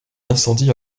incendie